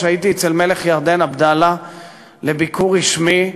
הייתי אצל מלך ירדן עבדאללה לביקור רשמי,